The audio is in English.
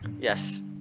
Yes